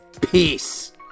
Peace